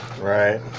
Right